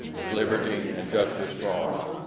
liberty and justice for all.